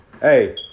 Hey